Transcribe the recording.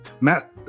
Matt